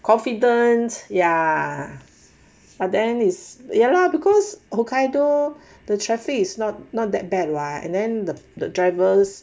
confident ya but then is ya lah because hokkaido the traffic is not not that bad [what] and then the the drivers